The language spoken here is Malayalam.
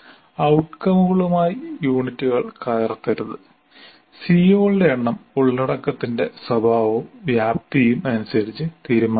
ഔട്കമുകളുമായി യൂണിറ്റുകൾ കലർത്തരുത് CO കളുടെ എണ്ണം ഉള്ളടക്കത്തിന്റെ സ്വഭാവവും വ്യാപ്തിയും അനുസരിച്ച് തീരുമാനിക്കണം